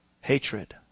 Hatred